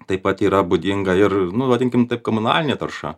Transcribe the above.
taip pat yra būdinga ir vadinkim taip komunalinė tarša